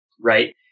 right